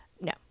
No